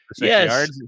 Yes